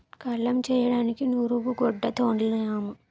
కల్లం చేయడానికి నూరూపుగొడ్డ తోలినాము